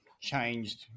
changed